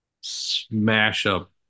smash-up